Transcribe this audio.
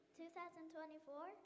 2024